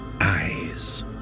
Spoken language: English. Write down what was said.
eyes